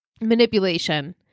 Manipulation